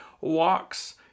walks